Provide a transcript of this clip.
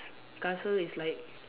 castle is like